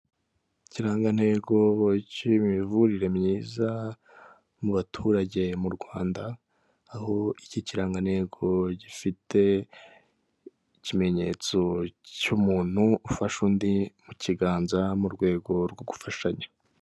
Ikirangateyego cy'imivurire myiza mu baturage mu Rwanda, aho iki kirangantego gifite ikimenyetso cy'umuntu ufasha undi mu kiganza mu rwego rwo gufashanya.